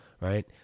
right